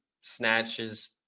snatches